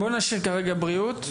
בואו נשאיר כרגע בריאות,